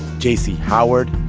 j c. howard.